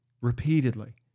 repeatedly